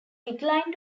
declined